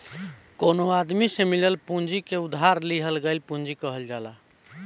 कवनो आदमी से मिलल पूंजी के उधार लिहल गईल पूंजी कहल जाला